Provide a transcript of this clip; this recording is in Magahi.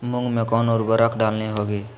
मूंग में कौन उर्वरक डालनी होगी?